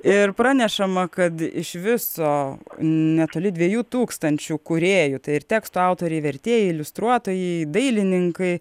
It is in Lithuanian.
ir pranešama kad iš viso netoli dviejų tūkstančių kūrėjų tai ir tekstų autoriai vertėjai iliustruotojai dailininkai